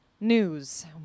News